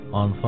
on